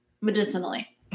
Medicinally